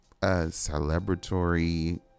celebratory